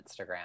Instagram